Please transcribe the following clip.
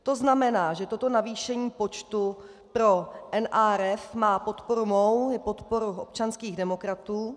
To znamená, že toto navýšení počtu pro NRF má podporu mou i podporu občanských demokratů.